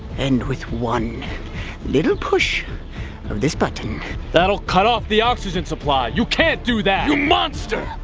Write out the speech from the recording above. and with one little push of this button that'll cut off the oxygen supply, you can't do that. you monster!